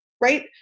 right